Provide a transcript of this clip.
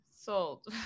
sold